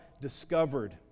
discovered